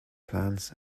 plans